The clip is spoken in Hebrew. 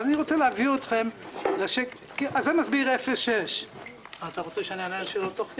זה מסביר 0.6%. אתה רוצה שאני אענה על שאלות תוך כדי?